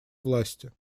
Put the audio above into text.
власти